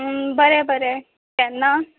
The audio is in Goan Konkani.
बरें बरें केन्ना